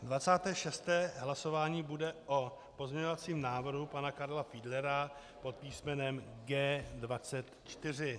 Dvacáté šesté hlasování bude o pozměňovacím návrhu pana Karla Fiedlera pod písmenem G24.